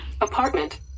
Apartment